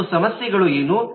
ಮತ್ತು ಸಮಸ್ಯೆಗಳು ಏನು